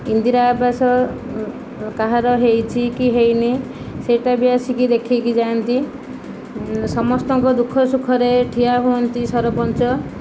ଇନ୍ଦିରା ଆବାସ କାହାର ହୋଇଛି କି ହୋଇନି ସେଇଟାବି ଆସିକି ଦେଖିକି ଯାଆନ୍ତି ସମସ୍ତଙ୍କ ଦୁଃଖ ସୁଖରେ ଠିଆ ହୁଅନ୍ତି ସରପଞ୍ଚ